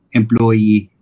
employee